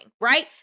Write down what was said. right